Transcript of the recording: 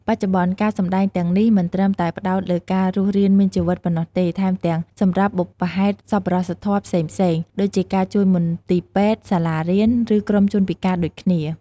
បច្ចុប្បន្ន ការសម្ដែងទាំងនេះមិនត្រឹមតែផ្តោតលើការរស់រានមានជីវិតប៉ុណ្ណោះទេ ថែមទាំងសម្រាប់បុព្វហេតុសប្បុរសធម៌ផ្សេងៗ ដូចជាការជួយមន្ទីរពេទ្យ សាលារៀន ឬក្រុមជនពិការដូចគ្នា។